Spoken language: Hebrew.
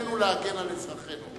חובתנו להגן על אזרחינו.